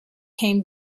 came